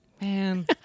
Man